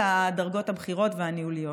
אל הדרגות הבכירות והניהוליות.